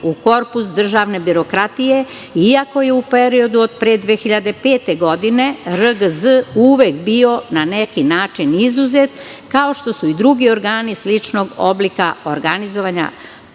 u korpus državne birokratije iako je u periodu od pre 2005. godine RGZ uvek bio na neki način izuzet kao što su i drugi organi sličnog oblika organizovanja,